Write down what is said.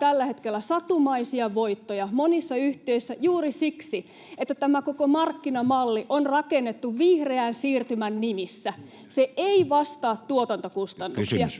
Tällä hetkellä tehdään satumaisia voittoja monissa yhtiöissä juuri siksi, että tämä koko markkinamalli on rakennettu vihreän siirtymän nimissä. Se ei vastaa tuotantokustannuksia.